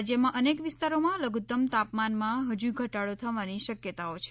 રાજયમાં અનેક વિસ્તારોમાં લધુત્તમ તાપમાનમાં હજુ ઘટાડો થવાની શકયતાઓ છે